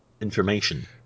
information